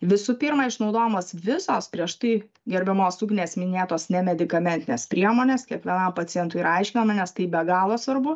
visų pirma išnaudojamos visos prieš tai gerbiamos ugnės minėtos nemedikamentinės priemonės kiekvienam pacientui yra aiškinama nes tai be galo svarbu